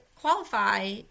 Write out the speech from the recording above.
qualify